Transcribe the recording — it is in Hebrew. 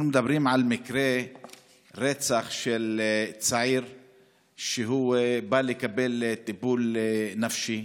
אנחנו מדברים על מקרה רצח של צעיר שבא לקבל לטיפול נפשי,